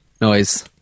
noise